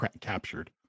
captured